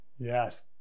Yes